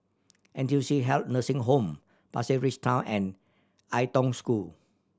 N T U C Health Nursing Home Pasir Ris Town and Ai Tong School